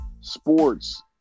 sports